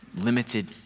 limited